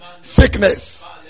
sickness